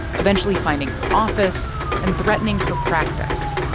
eventually finding her office and threatening her practice.